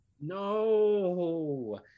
No